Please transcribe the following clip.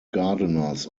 gardeners